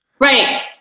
right